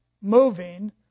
moving